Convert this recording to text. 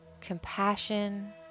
compassion